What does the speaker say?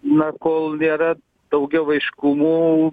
na kol nėra daugiau aiškumų